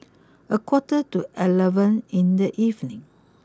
a quarter to eleven in the evening